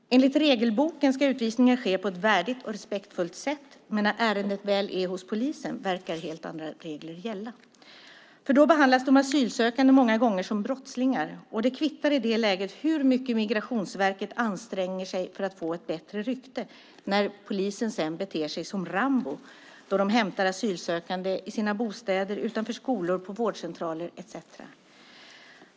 Enligt regelboken ska utvisningar ske på ett värdigt och respektfullt sätt, men när ärendet väl är hos polisen verkar helt andra regler gälla. Då behandlas de asylsökande många gånger som brottslingar, och det kvittar i det läget hur mycket Migrationsverket anstränger sig för att få ett bättre rykte, när polisen sedan beter sig som Rambo då de hämtar asylsökande i deras bostäder, utanför skolor, på vårdcentraler etcetera.